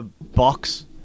box